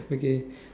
okay